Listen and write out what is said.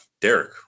Derek